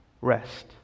rest